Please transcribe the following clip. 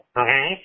okay